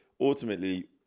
ultimately